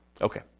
Okay